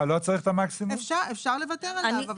אפשר לוותר על המקסימום.